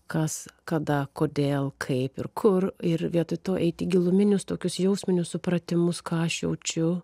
kas kada kodėl kaip ir kur ir vietoj to eit į giluminius tokius jausminius supratimus ką aš jaučiu